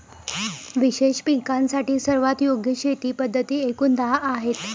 विशेष पिकांसाठी सर्वात योग्य शेती पद्धती एकूण दहा आहेत